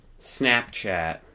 Snapchat